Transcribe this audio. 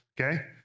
okay